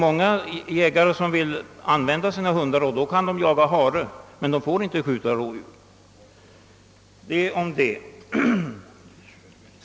Många jägare vill använda sina hundar, och då kan de jaga hare, men de får inte skjuta rådjur. Detta om detta.